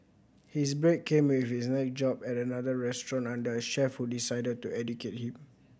his break came with his next job at another restaurant under a chef who decided to educate him